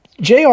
JR